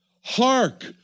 Hark